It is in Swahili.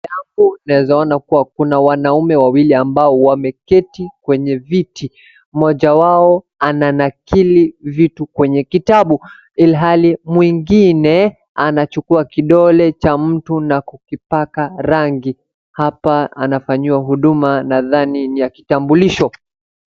Hapo naeza ona kuwa kuna wanaume wawili ambao wameketi kwenye viti, mmoja wao ananakili vitu kwenye vitabu ilhali mwingine anachukua kidole cha mtu na kukipaka rangi, hapa anafanyiwa huduma nadhani ni ya kitambulisho.